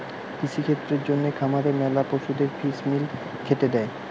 কৃষিক্ষেত্রের জন্যে খামারে ম্যালা পশুদের ফিস মিল খেতে দে